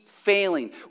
Failing